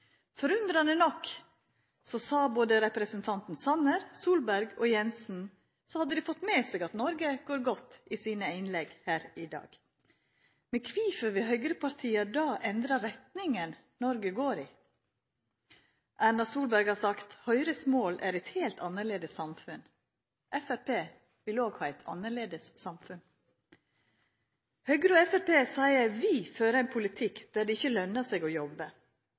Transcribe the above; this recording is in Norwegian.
Forunderleg nok har representantane Sanner, Solberg og Jensen – i sine innlegg her i dag – fått med seg at Noreg går godt. Kvifor vil høgrepartia da endra retninga Noreg går i? Erna Solberg har sagt: «Høyres mål er et helt annerledes samfunn.» Framstegspartiet vil òg ha eit annleis samfunn. Høgre og Framstegspartiet seier at vi fører ein politikk der det ikkje lønner seg å